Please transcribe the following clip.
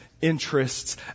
interests